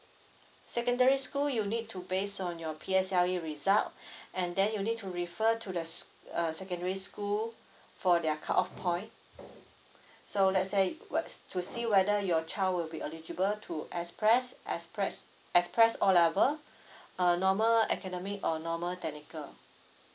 secondary school you need to base on your P_S_L_E result and then you need to refer to the uh secondary school for their cut off point so let's say works to see whether your child will be eligible to express express express O level uh normal academic or normal technical